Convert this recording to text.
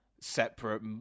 separate